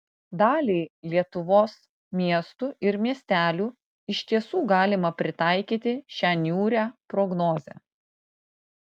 daliai lietuvos miestų ir miestelių iš tiesų galima pritaikyti šią niūrią prognozę